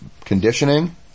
conditioning